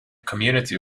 community